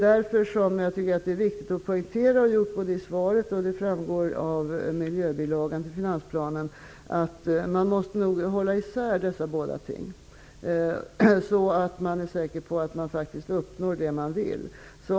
Därför tycker jag att det är viktigt att poängtera att man måste hålla isär dessa båda ting, så att man är säker på att man uppnår det man vill. Det har jag också gjort i svaret. Det framgår dessutom av miljöbilagan till finansplanen.